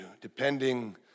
depending